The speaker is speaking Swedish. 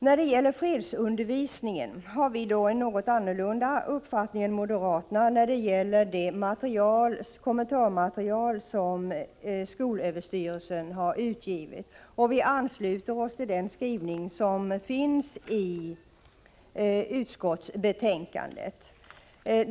När det gäller fredsundervisningen har vi en något annan uppfattning än moderaterna om det kommentarmaterial som skolöverstyrelsen har utgivit. Vi ansluter oss till den skrivning som finns i utskottsbetänkandet.